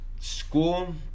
school